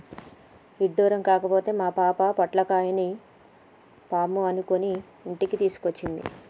ఇడ్డురం కాకపోతే మా పాప పొట్లకాయ అనుకొని పాముని ఇంటికి తెచ్చింది